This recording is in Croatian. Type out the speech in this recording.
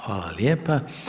Hvala lijepa.